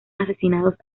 asesinados